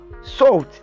salt